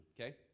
Okay